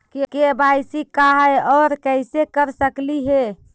KYC का है, और कैसे कर सकली हे?